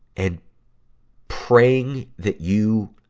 and praying that you